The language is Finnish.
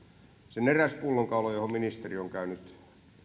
sen eräs pullonkaula johon ministeri on käynyt